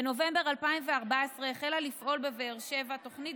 בנובמבר 2014 החלה לפעול בבאר שבע תוכנית